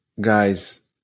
guys